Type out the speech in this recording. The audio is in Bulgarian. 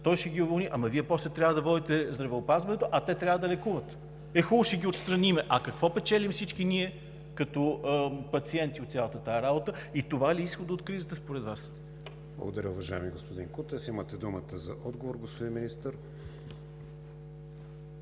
той ще ги уволни, ама Вие после трябва да водите здравеопазването, а те трябва да лекуват. Е, хубаво, ще ги отстраним, а какво печелим всички ние като пациенти от цялата тази работа и това ли е изходът от кризата според Вас? ПРЕДСЕДАТЕЛ КРИСТИАН ВИГЕНИН: Благодаря, уважаеми господин Кутев. Имате думата за отговор, господин Министър.